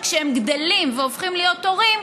וכשהם גדלים והופכים להיות הורים,